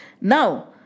Now